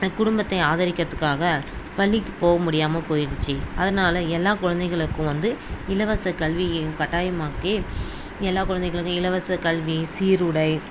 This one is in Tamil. குடும்பத்தை ஆதரிக்கிரத்துக்காக பள்ளிக்கு போகமுடியாம போய்டுச்சி அதனால் எல்லா குழந்தைகளுக்கும் வந்து இலவசக்கல்வி கட்டாயமாக்கி எல்லா குழந்தைகளுக்கும் இலவசக்கல்வி சீருடை